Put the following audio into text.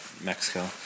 Mexico